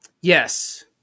Yes